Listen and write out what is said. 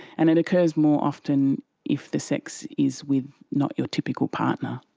and it occurs more often if the sex is with not your typical partner.